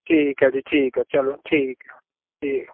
ਠੀਕ ਹੈ ਜੀ ਠੀਕ ਹੈ ਚਲੋ ਠੀਕ ਹੈ ਠੀਕ